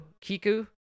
kiku